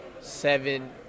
seven